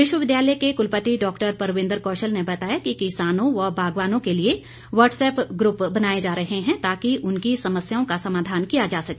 विश्वविद्यालय के कुलपति डॉक्टर परविंद्र कौशल ने बताया कि किसानों व बागवानों के लिए वाट्सएप्प ग्रूप बनाए जा रहे हैं ताकि उनकी समस्याओं का समाधान किया जा सके